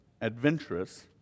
adventurous